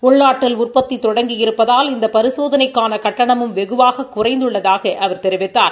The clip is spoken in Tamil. உள்நாட்டில் உற்பத்தி தொடங்கி இருப்பதால் இந்த பரிசோதனைக்கான கட்டணமும் வெகுவாக குறைந்துள்ளதாக அவர் கூறினார்